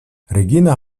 regina